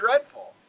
dreadful